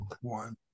one